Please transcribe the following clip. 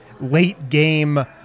late-game